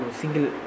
single